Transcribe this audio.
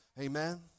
Amen